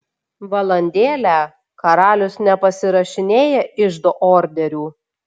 valandėlę karalius nepasirašinėja iždo orderių